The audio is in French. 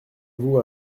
vous